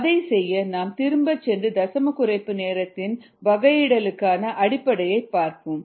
அதைச் செய்ய நாம் திரும்பிச் சென்று தசமக் குறைப்பு நேரத்தின் வகையிடலுக்கான அடிப்படையைப் பார்ப்போம்